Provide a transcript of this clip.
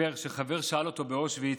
סיפר שחבר שאל אותו באושוויץ,